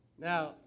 Now